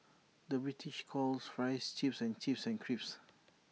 the British calls Fries Chips and chips and crisps